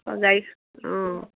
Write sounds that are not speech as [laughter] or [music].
অঁ [unintelligible] অঁ